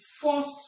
first